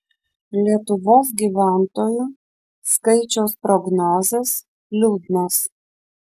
lietuvos gyventojų skaičiaus prognozės liūdnos